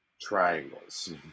triangles